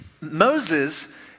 Moses